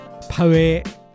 poet